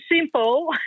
simple